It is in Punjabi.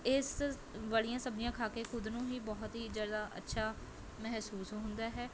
ਇਸ ਵਾਲ਼ੀਆਂ ਸਬਜ਼ੀਆਂ ਖਾ ਕੇ ਖੁਦ ਨੂੰ ਹੀ ਬਹੁਤ ਹੀ ਜ਼ਿਆਦਾ ਅੱਛਾ ਮਹਿਸੂਸ ਹੁੰਦਾ ਹੈ